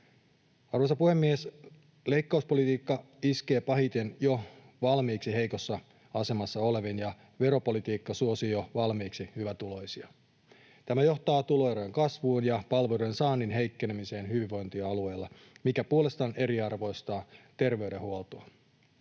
Arvoisa puhemies! Leikkauspolitiikka iskee pahiten jo valmiiksi heikossa asemassa oleviin, ja veropolitiikka suosii jo valmiiksi hyvätuloisia. Tämä johtaa tuloerojen kasvuun ja palveluiden saannin heikkenemiseen hyvinvointialueella, mikä puolestaan eriarvoistaa terveydenhuoltoa.